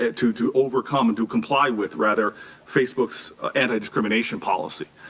ah to to overcome and to, comply with rather facebook's and discrimination policy.